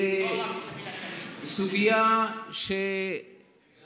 לסוגיה שתהיה